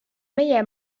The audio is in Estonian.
meie